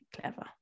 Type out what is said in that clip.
clever